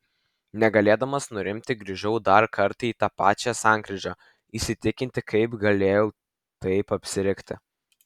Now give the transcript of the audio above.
negalėdamas nurimti grįžau dar kartą į tą pačią sankryžą įsitikinti kaip galėjau taip apsirikti